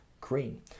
green